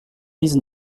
dix